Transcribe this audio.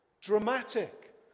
dramatic